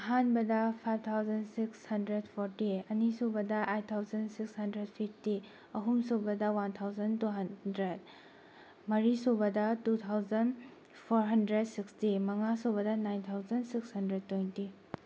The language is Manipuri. ꯑꯍꯥꯟꯕꯗ five thousand six hundred forty ꯑꯅꯤꯁꯨꯕꯗ eight thousand six hundred fifty ꯑꯍꯨꯝꯁꯨꯕꯗ ꯋꯥꯟ ꯊꯥꯎꯖꯟ ꯇꯨ ꯍꯟꯗ꯭ꯔꯦꯠ ꯃꯔꯤꯁꯨꯕꯗ two thousand four hundred sixty ꯃꯉꯥꯁꯨꯕꯗ nine thousand six hundred twenty